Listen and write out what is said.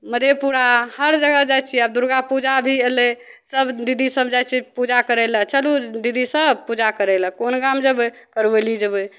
मधेपुरा हर जगह जाइ छियै आब दुर्गा पूजा भी अयलय सब दीदी सब जाइ छियै पूजा करय लए चलु दीदी सब पूजा करय लए कोन गाम जेबय करमौली जेबय